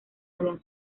habían